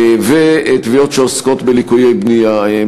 ותביעות שעוסקות בליקויי בנייה.